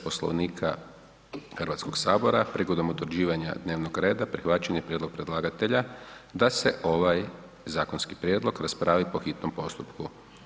Poslovnika Hrvatskog sabora prigodom utvrđivanja dnevnog reda prihvaćen je prijedlog predlagatelja da se ovaj zakonski prijedlog raspravi po hitom postupku.